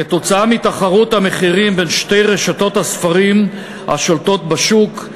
כתוצאה מתחרות המחירים בין שתי רשתות הספרים השולטות בשוק,